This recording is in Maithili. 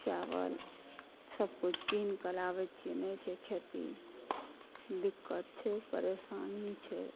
चाबल सब किछु कीनके लाबै छियै नहि छै खेती दिक्कत छै परेशानी छै